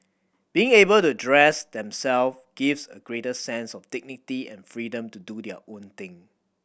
being able to dress themselves gives a greater sense of dignity and freedom to do their own thing